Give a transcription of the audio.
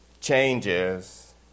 Changes